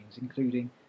including